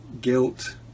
guilt